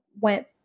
went